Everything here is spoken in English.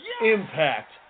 Impact